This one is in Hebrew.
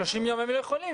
30 יום הם יכולים.